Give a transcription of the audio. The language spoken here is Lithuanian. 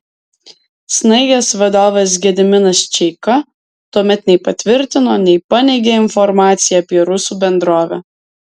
snaigės vadovas gediminas čeika tuomet nei patvirtino nei paneigė informaciją apie rusų bendrovę